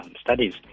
studies